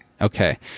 Okay